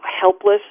helpless